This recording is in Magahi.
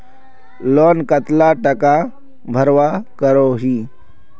लोन कतला टाका भरवा करोही?